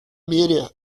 мире